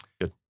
Good